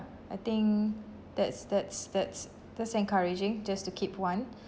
I think that's that's that's that's encouraging just to keep one